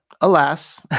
alas